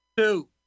Two